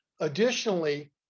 Additionally